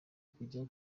kujya